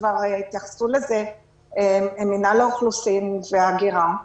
כבר התייחסו לזה ממנהל האוכלוסין וההגירה,